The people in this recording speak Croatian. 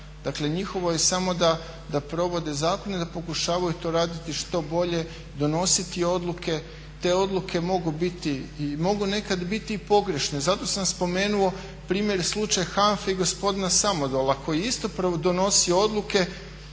njihovo je samo da provode zakone i da pokušavaju to raditi što bolje, donositi odluke. Te odluke mogu biti nekad i pogrešne. Zato sam spomenuo i primjer slučaja HANFA-e i gospodina Samodola koji je isto donosio odluke